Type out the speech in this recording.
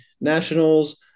nationals